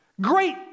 Great